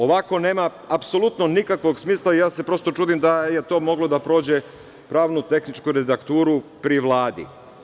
Ovako nema apsolutno nikakvog smisla i prosto se čudim da je to moglo da prođe pravno-tehničku redakturu pri Vladi.